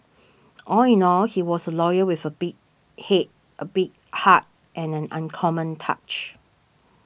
all in all he was a lawyer with a big head a big heart and an uncommon touch